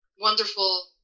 wonderful